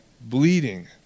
bleeding